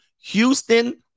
Houston